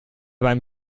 beim